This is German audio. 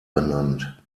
benannt